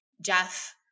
Jeff